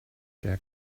der